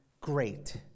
great